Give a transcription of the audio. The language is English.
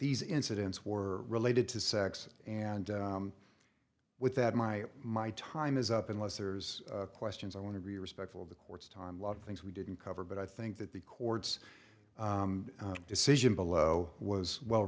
these incidents were related to sex and with that my my time is up unless there's questions i want to be respectful of the court's time lot of things we didn't cover but i think that the courts decision below was well